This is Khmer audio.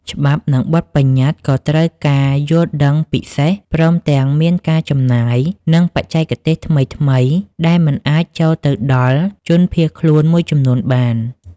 ច្បាប់និងបទប្បញ្ញត្តិក៏ត្រូវការយល់ដឹងពិសេស ព្រមទាំងមានការចំណាយ និងបច្ចេកទេសថ្មីៗដែលមិនអាចចូលទៅដល់ជនភៀសខ្លួនមួយចំនួនបាន។